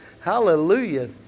hallelujah